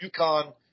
UConn